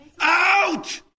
out